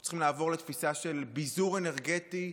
אנחנו צריכים לעבור לתפיסה של ביזור אנרגטי,